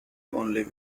only